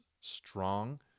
strong